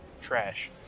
Trash